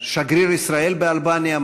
שגריר ישראל באלבניה,